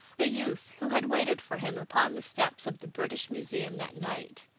the youth who had waited for him upon the steps of the british museum that night,